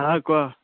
অঁ কোৱা